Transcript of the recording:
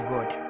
God